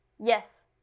Yes